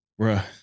bruh